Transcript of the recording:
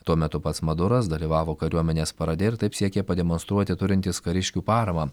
tuo metu pats maduras dalyvavo kariuomenės parade ir taip siekė pademonstruoti turintis kariškių paramą